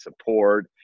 support